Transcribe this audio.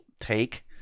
take